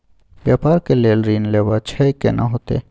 व्यापार के लेल ऋण लेबा छै केना होतै?